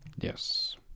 Yes